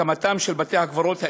הקמתם, של בתי-הקברות האזוריים,